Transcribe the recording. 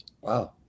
Wow